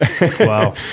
Wow